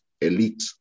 elite